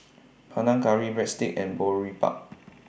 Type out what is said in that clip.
Panang Curry Breadsticks and Boribap